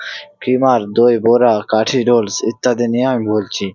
কিংবা দই বড়া কাঠি রোলস ইত্যাদি নিয়ে আমি বলছি